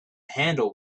handle